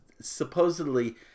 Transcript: supposedly